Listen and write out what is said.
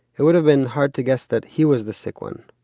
it would have been hard to guess that he was the sick one,